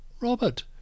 Robert